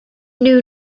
knew